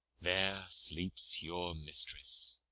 there sleeps your mistress.